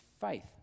faith